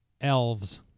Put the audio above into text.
elves